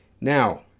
Now